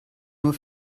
nur